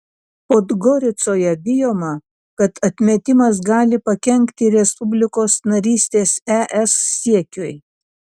podgoricoje bijoma kad atmetimas gali pakenkti respublikos narystės es siekiui